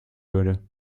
würde